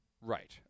Right